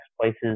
places